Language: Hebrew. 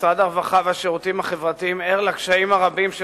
משרד הרווחה והשירותים החברתיים ער לקשיים הרבים של